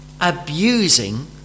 Abusing